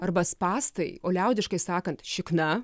arba spąstai o liaudiškai sakant šikna